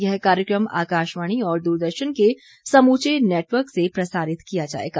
यह कार्यक्रम आकाशवाणी और दूरदर्शन के समूचे नेटवर्क से प्रसारित किया जाएगा